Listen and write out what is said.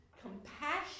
compassion